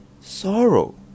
sorrow